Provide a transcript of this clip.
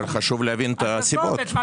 אבל חשוב להבין את הסיבות.